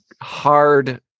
hard